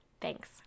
Thanks